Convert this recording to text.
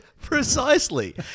Precisely